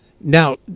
Now